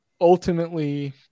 ultimately